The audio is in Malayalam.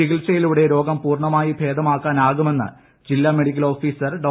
ചികിത്സയിലൂടെ രോഗം പൂർണ്ണമായും ഭേദമാക്കാനാകുമെന്ന് ജില്ലാ മെഡിക്കൽ ഓഫീസർ ഡോ